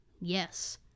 yes